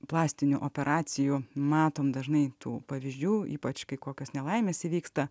plastinių operacijų matome dažnai tų pavyzdžių ypač kai kokios nelaimės įvyksta